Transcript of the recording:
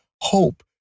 hope